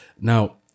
Now